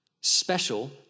special